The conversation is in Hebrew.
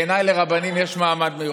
בעיניי לרבנים יש מעמד מיוחד.